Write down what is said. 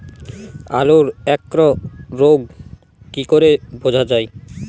আলুর এক্সরোগ কি করে বোঝা যায়?